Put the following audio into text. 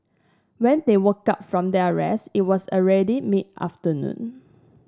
when they woke up from their rest it was already mid afternoon